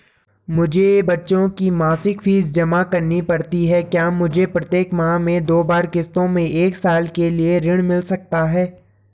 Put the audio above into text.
मुझे बच्चों की मासिक फीस जमा करनी पड़ती है क्या मुझे प्रत्येक माह में दो बार किश्तों में एक साल के लिए ऋण मिल सकता है?